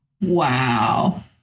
Wow